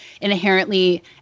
inherently